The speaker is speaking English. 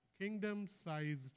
kingdom-sized